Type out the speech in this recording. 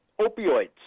opioids